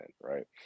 right